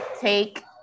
take